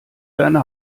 deine